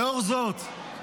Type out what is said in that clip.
לאור זאת,